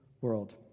world